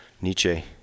Nietzsche